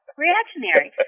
reactionary